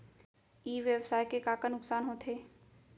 ई व्यवसाय के का का नुक़सान होथे?